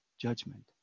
judgment